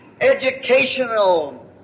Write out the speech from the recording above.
educational